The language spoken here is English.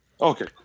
Okay